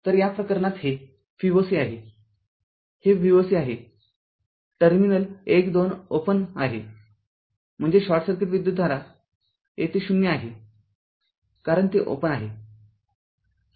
तर या प्रकरणातहे V o c आहेहे V o c आहे टर्मिनल १ २ ओपन आहेम्हणजे शॉर्ट सर्किट विद्युतधारा येथे ० आहे कारण ते ओपन आहे